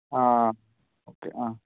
ആ അതെ ഓക്കെ ആ